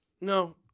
No